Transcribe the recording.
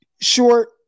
short